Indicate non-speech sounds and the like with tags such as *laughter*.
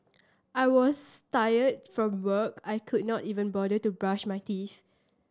I was *unintelligible* tired from work I could not even bother to brush my teeth